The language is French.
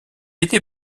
était